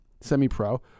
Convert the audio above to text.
semi-pro